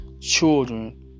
children